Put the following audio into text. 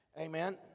Amen